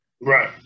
Right